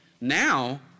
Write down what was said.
Now